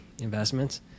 investments